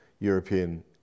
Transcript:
European